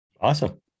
awesome